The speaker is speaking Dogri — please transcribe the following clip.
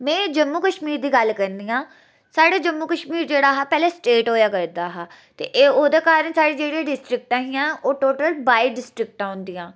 मेरे जम्मू कश्मीर दी गल्ल करनी आं साढ़ा जम्मू कश्मीर पैहलें सटेट होआ करदा हा ते ओह्दै कारण जेह्ड़ी साढ़ी डिस्ट्रिक्टां हियां ओह् टोटल बाई डिस्ट्रिक्टां होंदियां हियां